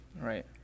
right